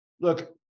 look